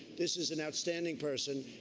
this is an outstanding person.